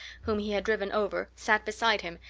whom he had driven over, sat beside him,